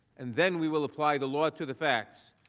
and then we will apply the law to the facts.